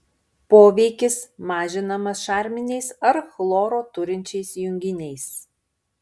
poveikis mažinamas šarminiais ar chloro turinčiais junginiais